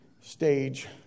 stage